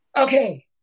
Okay